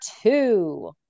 two